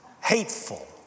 hateful